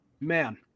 man